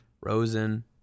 Rosen